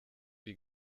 die